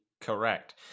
correct